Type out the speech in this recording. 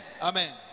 Amen